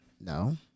no